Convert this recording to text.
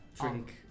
drink